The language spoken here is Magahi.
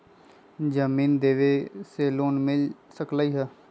जमीन देवे से लोन मिल सकलइ ह?